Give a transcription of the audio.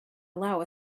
allow